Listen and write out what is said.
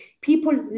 people